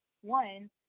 one